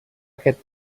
aquest